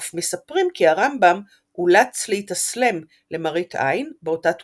אף מספרים כי הרמב"ם אולץ להתאסלם למראית עין באותה תקופה.